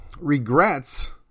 regrets